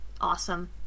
Awesome